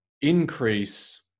increase